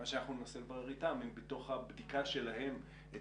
מה שאנחנו ננסה לברר איתם אם בתוך הבדיקה שלהם את